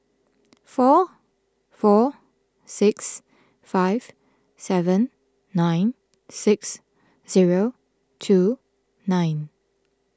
four four six five seven nine six zero two nine